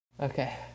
Okay